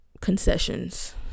concessions